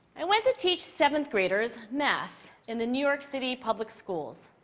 i went to teach seventh graders math in the new york city public schools.